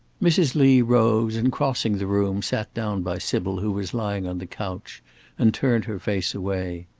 mrs. lee rose and, crossing the room, sat down by sybil who was lying on the couch and turned her face away.